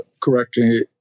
correctly